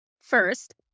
First